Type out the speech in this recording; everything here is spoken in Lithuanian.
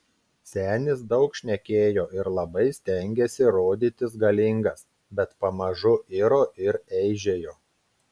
senis daug šnekėjo ir labai stengėsi rodytis galingas bet pamažu iro ir eižėjo